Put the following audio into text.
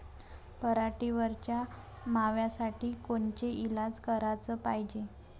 पराटीवरच्या माव्यासाठी कोनचे इलाज कराच पायजे?